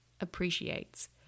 appreciates